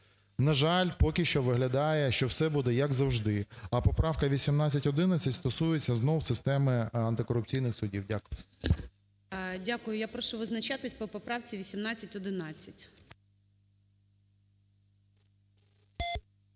На жаль, поки що виглядає, що все буде як завжди. А поправка 1811 стосується знов системи антикорупційних судів. Дякую. ГОЛОВУЮЧИЙ. Дякую. Я прошу визначатися по поправці 1811.